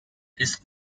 his